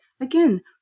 again